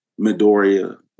Midoriya